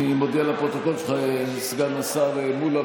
אם כן, בעד,